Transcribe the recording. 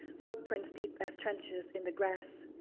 footprints deep as trenches in the grass.